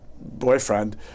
boyfriend